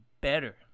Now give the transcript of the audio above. better